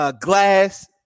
Glass